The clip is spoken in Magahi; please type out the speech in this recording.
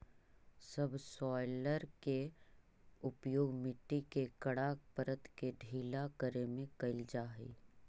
सबसॉइलर के उपयोग मट्टी के कड़ा परत के ढीला करे में कैल जा हई